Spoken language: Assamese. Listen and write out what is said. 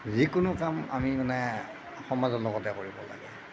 যিকোনো কাম আমি মানে সমাজৰ লগতে কৰিব লাগে